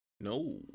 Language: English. No